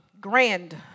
grand